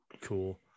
cool